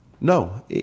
No